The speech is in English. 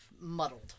muddled